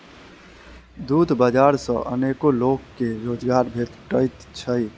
दूध बाजार सॅ अनेको लोक के रोजगार भेटैत छै